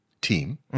team